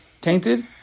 tainted